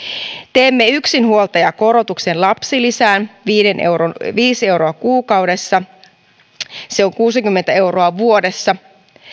teemme yksinhuoltajakorotuksen lapsilisään viisi euroa kuukaudessa se on kuusikymmentä euroa vuodessa